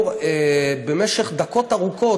במשך דקות ארוכות,